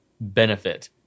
benefit